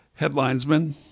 headlinesman